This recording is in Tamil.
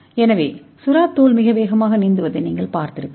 எனவே சுறா மிக வேகமாக நீந்துவதை நீங்கள் பார்த்திருக்கலாம்